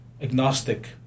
agnostic